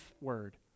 word